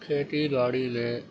کھیتی باڑی میں